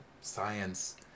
science